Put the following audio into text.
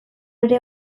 ere